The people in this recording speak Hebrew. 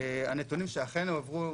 הנתונים שאכן הועברו,